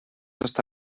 està